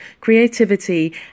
creativity